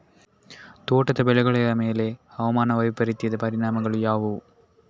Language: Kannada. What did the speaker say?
ತೋಟದ ಬೆಳೆಗಳ ಮೇಲೆ ಹವಾಮಾನ ವೈಪರೀತ್ಯದ ಪರಿಣಾಮಗಳು ಯಾವುವು?